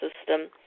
system